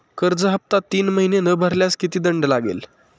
कर्ज हफ्ता तीन महिने न भरल्यास किती दंड लागेल?